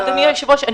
אדוני היושב-ראש,